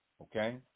Okay